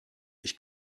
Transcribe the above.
ich